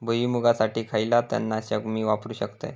भुईमुगासाठी खयला तण नाशक मी वापरू शकतय?